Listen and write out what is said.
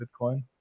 bitcoin